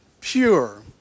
pure